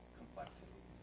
complexity